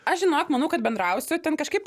aš žinok manau kad bendrausiu ten kažkaip